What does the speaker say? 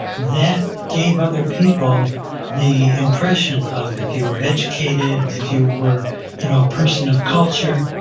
that gave other people the impression of if you were educated, if you were you know, a person of culture.